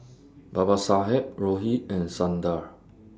Babasaheb Rohit and Sundar